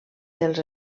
dels